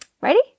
Ready